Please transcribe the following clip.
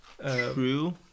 True